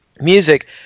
music